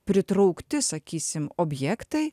pritraukti sakysim objektai